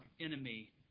enemy